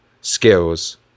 skills